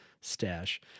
stash